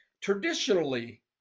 Traditionally